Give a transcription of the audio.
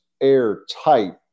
airtight